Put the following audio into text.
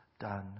done